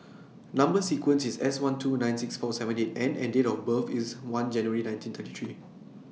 Number sequence IS S one two nine six four seven eight N and Date of birth IS one January nineteen thirty three